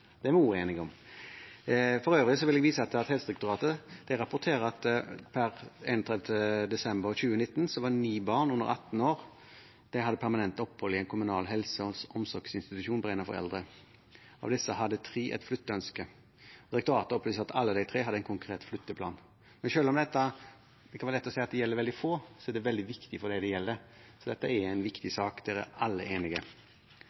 Det er vi også enige om. For øvrig vil jeg vise til at Helsedirektoratet rapporterer at per 31. desember 2019 hadde ni barn under 18 år permanent opphold i en kommunal helse- og omsorgsinstitusjon beregnet for eldre. Av disse hadde tre et flytteønske. Direktoratet opplyser at alle de tre hadde en konkret flytteplan. Selv om det kan være lett å si at dette gjelder veldig få, er det veldig viktig for dem det gjelder, så dette er en viktig sak – der er alle enige.